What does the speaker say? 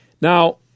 Now